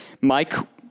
Mike